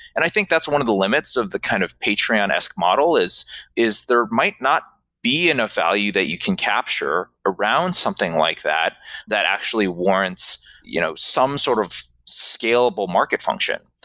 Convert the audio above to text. and i think that's one of the limits of the kind of patreon-esque model, is is there might not be enough value that you can capture around something like that that actually warrants you know some sort of scalable market function.